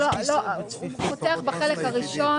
הוא פותח בחלק הראשון